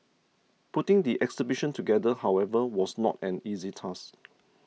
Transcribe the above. putting the exhibition together however was not an easy task